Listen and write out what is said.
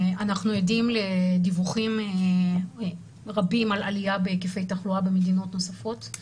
אנחנו עדים לדיווחים רבים על עלייה בהיקפי תחלואה במדינות נוספות.